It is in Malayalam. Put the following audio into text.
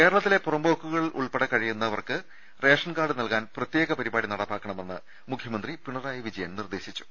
കേരളത്തിലെ പുറമ്പോക്കുകളിൽ ഉൾപ്പെടെ കഴിയു ന്ന വർക്ക് റേഷൻകാർഡ് നൽകാൻ പ്രത്യേക പരിപാടി നടപ്പാക്കണമെന്ന് മുഖ്യ മന്ത്രി പിണറായി വിജയൻ നിർദേശിച്ചു